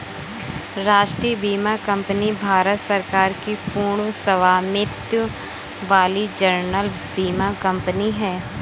राष्ट्रीय बीमा कंपनी भारत सरकार की पूर्ण स्वामित्व वाली जनरल बीमा कंपनी है